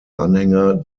anhänger